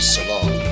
Salon